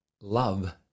Love